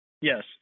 Yes